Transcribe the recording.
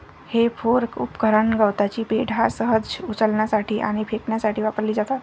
हे फोर्क उपकरण गवताची पेंढा सहज उचलण्यासाठी आणि फेकण्यासाठी वापरली जातात